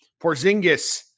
Porzingis